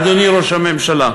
אדוני ראש הממשלה,